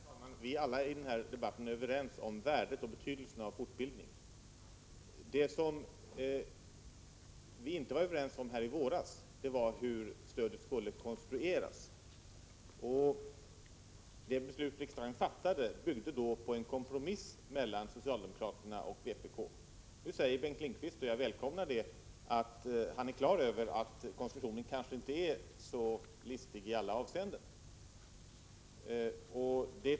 Herr talman! Alla vi som deltar i den här debatten är överens om värdet och betydelsen av fortbildning. Det som vi inte var överens om i våras var hur stödet skulle konstrueras. Det beslut som riksdagen fattade byggde på en kompromiss mellan socialdemokraterna och vpk. Bengt Lindqvist säger, och jag välkomnar hans uttalande, att han är klar över att konstruktionen kanske inte är så listig i alla avseenden.